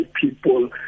people